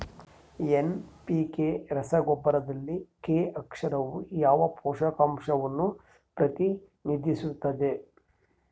NPK ರಸಗೊಬ್ಬರದಲ್ಲಿ K ಅಕ್ಷರವು ಯಾವ ಪೋಷಕಾಂಶವನ್ನು ಪ್ರತಿನಿಧಿಸುತ್ತದೆ?